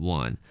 one